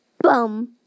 Bum